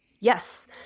Yes